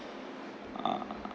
ah